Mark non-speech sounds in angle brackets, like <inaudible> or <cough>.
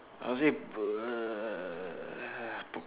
I would say <noise>